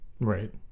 Right